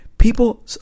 People